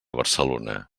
barcelona